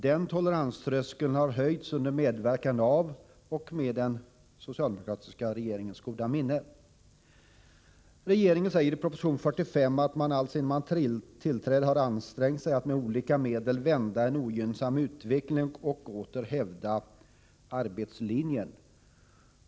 Den toleranströskeln har höjts under medverkan av den socialdemokratiska regeringen och med dess goda minne. Regeringen säger i proposition 45 att man alltsedan man tillträdde har ansträngt sig att med olika medel vända en ogynnsam utveckling och åter hävda ”arbetslinjen” .